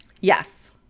Yes